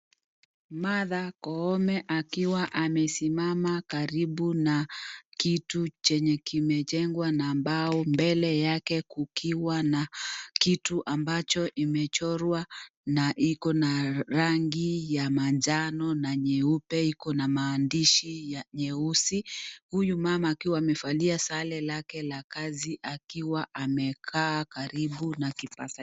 Martha Koome akiwa amesimama karibu na kitu chenye kimejengwa na mbao mbele yake kukiwa na kitu ambacho imechorwa na iko na rangi ya manjano na nyeupe, iko na maandishi ya nyeusi, huyu mama akiwa amevalia sare lake la kazi akiwa amekaa karibu na kipaza.